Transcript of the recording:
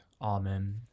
Amen